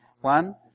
One